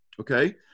Okay